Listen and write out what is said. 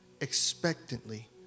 expectantly